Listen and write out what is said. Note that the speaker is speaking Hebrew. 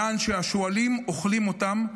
יען שהשועלים אוכלים אותם.